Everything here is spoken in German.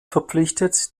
verpflichtet